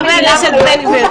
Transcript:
חבר הכנסת בן גביר,